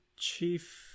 Chief